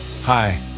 Hi